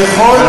ככל,